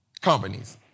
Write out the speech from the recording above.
companies